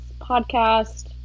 podcast